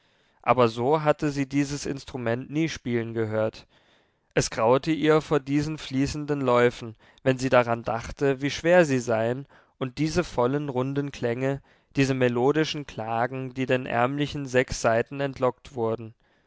aber so hatte sie dieses instrument nie spielen gehört es graute ihr vor diesen fließenden läufen wenn sie daran dachte wie schwer sie seien und diese vollen runden klänge diese melodischen klagen die den ärmlichen sechs saiten entlockt wurden